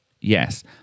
Yes